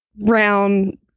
round